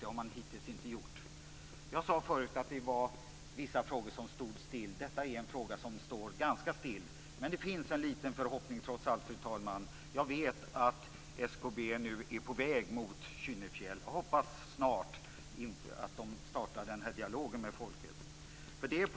Det har man hittills inte gjort. Jag sade tidigare att vissa frågor står stilla. Detta är en fråga där det står ganska stilla, men det finns trots allt, fru talman, en liten förhoppning. Jag vet att SKB nu är på väg mot Kynnefjäll. Jag hoppas att man snart ska starta den här dialogen med befolkningen.